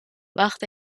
wacht